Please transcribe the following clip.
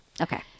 Okay